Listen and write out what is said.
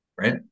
Right